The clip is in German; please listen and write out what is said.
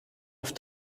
auf